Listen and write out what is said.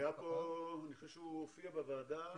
הייצור במדינה הוא 74